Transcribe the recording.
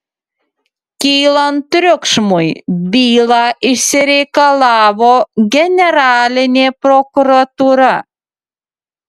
kylant triukšmui bylą išsireikalavo generalinė prokuratūra